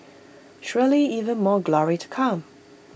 surely even more glory to come